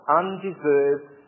undeserved